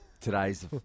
today's